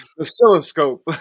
Oscilloscope